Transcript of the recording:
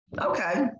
okay